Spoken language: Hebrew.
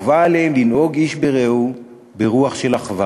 חובה עליהם לנהוג איש ברעהו ברוח של אחווה".